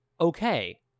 okay